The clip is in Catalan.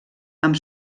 amb